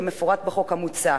כמפורט בחוק המוצע,